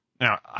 Now